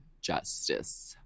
justice